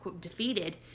defeated